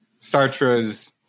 Sartre's